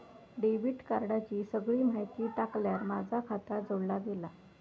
debit कार्डाची सगळी माहिती टाकल्यार माझा खाता जोडला गेला